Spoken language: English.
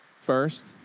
first